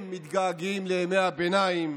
הם מתגעגעים לימי הביניים,